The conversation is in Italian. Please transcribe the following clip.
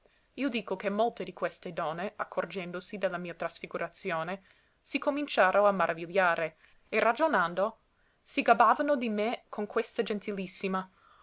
io dico che molte di queste donne accorgendosi de la mia trasfigurazione si cominciaro a maravigliare e ragionando si gabbavano di me con questa gentilissima